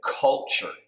culture